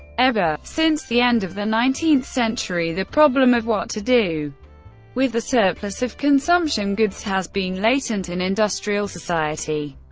ever since the end of the nineteenth century, the problem of what to do with the surplus of consumption goods has been latent in industrial society.